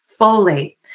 Folate